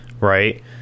right